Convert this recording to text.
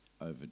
over